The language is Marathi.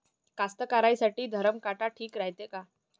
कास्तकाराइसाठी धरम काटा ठीक रायते का?